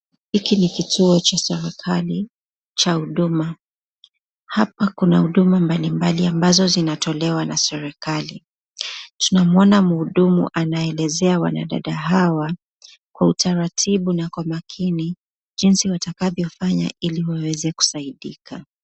Hiki ni kituo cha serekali cha huduma. Hapa kuna huduma mbalimbali ambazo zinatolewa na serekali. Tunamuona muhudumu anaelezea wanadada hawa kwa utaratibu na kwa makini jinsi watakavyo fanya ili waweze kusaidika.